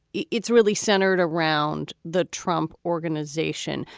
yeah it's really centered around the trump organization.